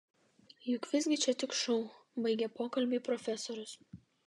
juk visgi čia tik šou baigė pokalbį profesorius